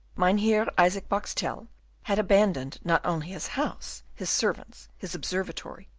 mynheer isaac boxtel had abandoned, not only his house, his servants, his observatory,